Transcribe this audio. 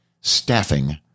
staffing